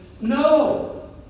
no